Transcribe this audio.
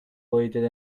waited